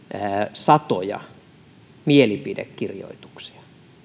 satoja mielipidekirjoituksia